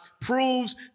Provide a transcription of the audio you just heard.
proves